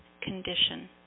condition